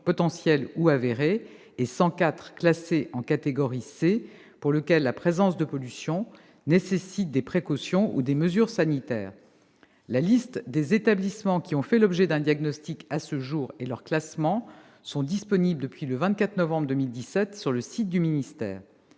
potentielles ou avérées -, 104 en catégorie C- la présence de pollutions nécessite des précautions ou des mesures sanitaires. La liste des établissements qui ont fait l'objet d'un diagnostic à ce jour et leur classement sont disponibles depuis le 24 novembre 2017 sur le site du ministère.